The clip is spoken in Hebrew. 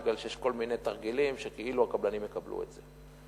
כי יש כל מיני תרגילים שכאילו הקבלנים יקבלו את זה.